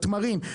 תמרים,